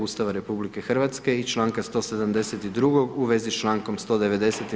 Ustava RH i čl. 172. u vezi s člankom 190.